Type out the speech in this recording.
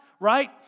right